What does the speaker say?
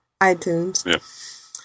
iTunes